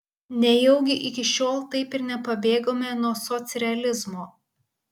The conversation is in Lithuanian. nejaugi iki šiol taip ir nepabėgome nuo socrealizmo